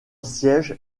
siège